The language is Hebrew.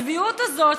הצביעות הזאת,